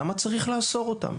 למה צריך לאסור אותם?